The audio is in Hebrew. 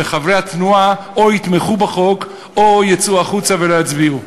וחברי התנועה או יתמכו בחוק או יצאו החוצה ולא יצביעו.